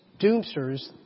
doomsters